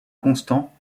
constant